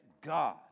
God